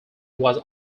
was